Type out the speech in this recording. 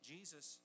Jesus